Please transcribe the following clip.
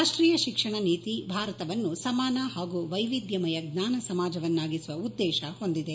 ರಾಷ್ವೀಯ ಶಿಕ್ಷಣ ನೀತಿ ಭಾರತವನ್ನು ಸಮಾನ ಹಾಗೂ ವೈವಿದ್ಯಮಯ ಜ್ಞಾನ ಸಮಾಜವನ್ನಾಗಿಸುವ ಉದ್ದೇಶ ಹೊಂದಿದೆ